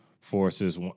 forces